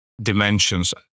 dimensions